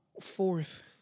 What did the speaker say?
fourth